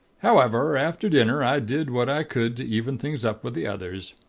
however, after dinner, i did what i could to even things up with the others.